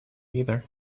either